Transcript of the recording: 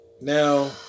Now